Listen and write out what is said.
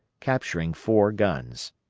capturing four guns.